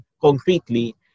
concretely